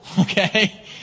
Okay